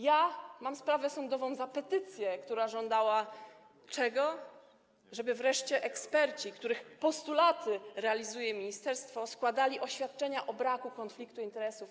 Ja mam sprawę sądową za petycję, w której żądano - czego? - żeby wreszcie eksperci, których postulaty realizuje ministerstwo, składali oświadczenia o braku konfliktu interesów.